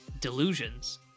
delusions